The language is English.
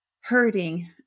hurting